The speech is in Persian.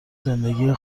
زندگی